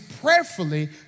prayerfully